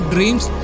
Dreams